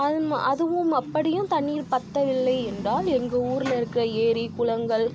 அதுவும் அப்படியும் தண்ணீர் பற்றவில்லை என்றால் எங்கள் ஊரில் இருக்க ஏரி குளங்கள்